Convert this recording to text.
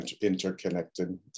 interconnected